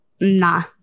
Nah